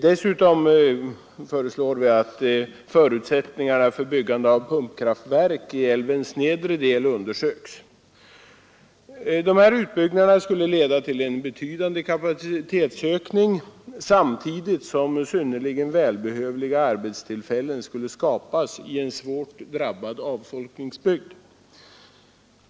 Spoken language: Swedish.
Dessutom föreslår vi att förutsättningarna för byggande av pumpkraftverk i älvens nedre del undersöks. De här utbyggnaderna skulle leda till en betydande kapacitetsökning samtidigt som synnerligen välbehövliga arbetstillfällen skulle skapas i en svårt drabbad avfolkningsbygd.